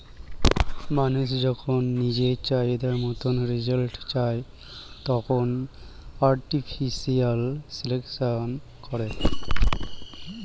মানুষ যখন নিজের চাহিদা মতন রেজাল্ট চায়, তখন আর্টিফিশিয়াল সিলেকশন করে